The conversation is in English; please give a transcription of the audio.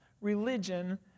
religion